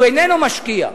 שהוא איננו משקיע,